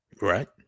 Right